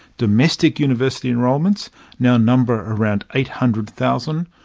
domestic university enrolments now number around eight hundred thousand,